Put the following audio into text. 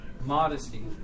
modesty